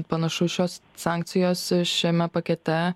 panašu šios sankcijos šiame pakete